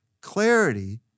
Clarity